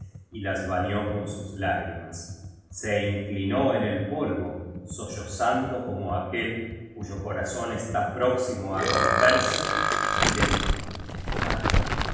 y las bañó con sus lágrimas se inclinó en el polvo sollozando como aquel cuyo corazón está próximo á romperse y le dijo madre